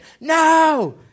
No